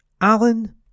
Alan